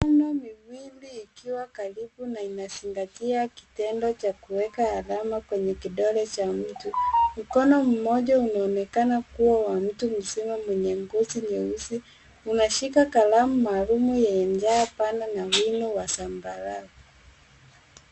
Mikono miwili ikiwa karibu na inazingatia kitendo cha kuweka alama kwenye kidole cha mtu. Mkono mmoja unaonekana kuwa wa mtu mzima mwenye ngozi nyeusi unashika kalamu maalum yenye ncha pana na wino wa zambarau.